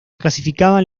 clasificaban